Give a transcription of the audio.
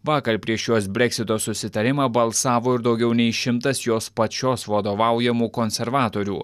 vakar prieš jos breksito susitarimą balsavo ir daugiau nei šimtas jos pačios vadovaujamų konservatorių